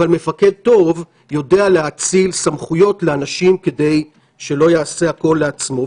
אבל מפקד טוב יודע להאציל סמכויות על אנשים כדי שלא יעשה הכול בעצמו.